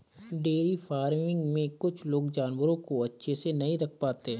dairy farming में कुछ लोग जानवरों को अच्छे से नहीं रख पाते